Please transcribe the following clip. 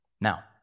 Now